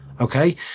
okay